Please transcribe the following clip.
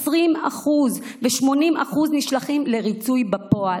20% ו-80% נשלחים לריצוי בפועל.